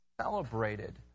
celebrated